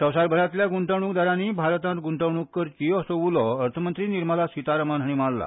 संवसारभरांतल्या गुंतवणूकदारांनी भारतांत गुंतवणूक करची असो उलो अर्थ मंत्री निर्मला सीतारामन हांणी मारला